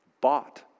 bought